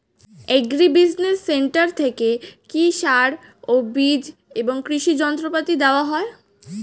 Agri business centre থেকে কি সার ও বিজ এবং কৃষি যন্ত্র পাতি দেওয়া হয়?